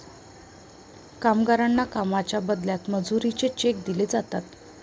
कामगारांना कामाच्या बदल्यात मजुरीचे चेक दिले जातात